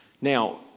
Now